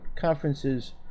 conferences